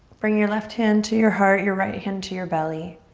bring your left hand to your heart, your right hand to your belly.